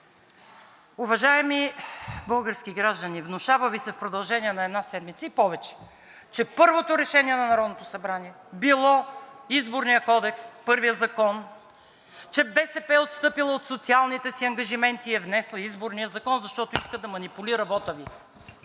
Уважаеми български граждани, внушава Ви се в продължение на една седмица и повече, че първото решение на Народното събрание било Изборният кодекс – първият закон, че БСП е отстъпила от социалните си ангажименти и е внесла Изборния закон, защото иска да манипулира вота Ви.